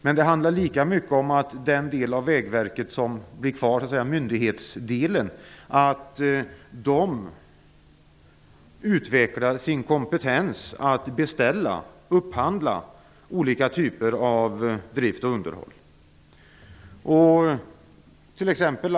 Men det handlar lika mycket om att den del av Vägverket som blir kvar, myndighetsdelen, utvecklar sin kompetens när det gäller upphandling av olika typer av drift och underhåll.